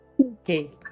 Okay